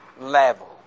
level